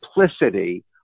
simplicity